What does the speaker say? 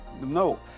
No